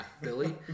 Billy